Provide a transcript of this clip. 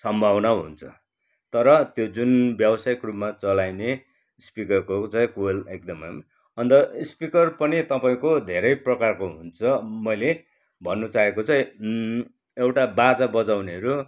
सम्भावना हुन्छ तर त्यो जुन व्यावसायिक रूपमा चलाइने स्पिकरको चाहिँ कोइल एकदमै अन्त स्पिकर पनि तपाईँको धेरै प्रकारको हुन्छ मैले भन्नु चाहेको चाहिँ एउटा बाजा बजाउनेहरू